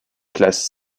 classe